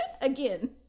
again